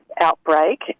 outbreak